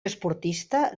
esportista